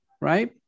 right